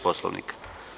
Poslovnika.